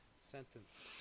sentence